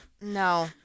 No